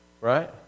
Right